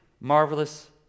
marvelous